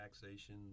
taxation